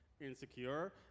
Insecure